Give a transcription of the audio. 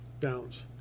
downs